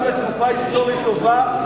חזרנו לתקופה היסטורית טובה,